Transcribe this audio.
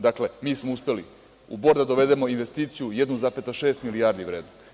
Dakle, mi smo uspeli u Bor da dovedemo investiciju 1,6 milijardi vrednu.